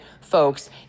folks